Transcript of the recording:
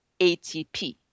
ATP